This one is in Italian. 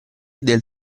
del